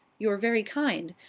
you're very kind.